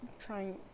trying